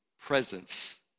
presence